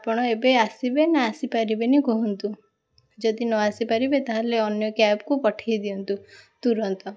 ଆପଣ ଏବେ ଆସିବେ ନା ଆସିପାରିବେନି କୁହନ୍ତୁ ଯଦି ନ ଆସିପାରିବେ ତାହେଲେ ଅନ୍ୟ କ୍ୟାବକୁ ପଠେଇ ଦିଅନ୍ତୁ ତୁରନ୍ତ